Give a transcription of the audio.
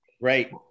Right